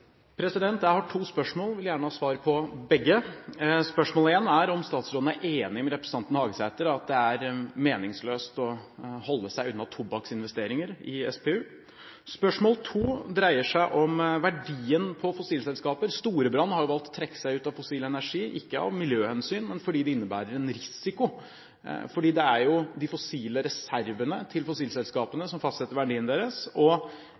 om statsråden er enig med representanten Hagesæter i at det er meningsløst å holde seg unna tobakksinvesteringer i SPU. Spørsmål 2 dreier seg om verdien på fossilselskaper. Storebrand har valgt å trekke seg ut av fossil energi, ikke av miljøhensyn, men fordi det innebærer en risiko. Det er de fossile reservene til fossilselskapene som fastsetter verdiene deres, og